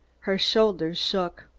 her shoulders shook.